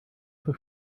für